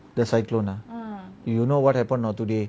the cyclone ah you know what happen not today